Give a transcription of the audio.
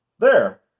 there.